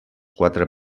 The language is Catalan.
quatre